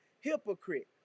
hypocrite